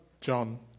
John